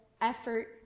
effort